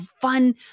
fun